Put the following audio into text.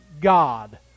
God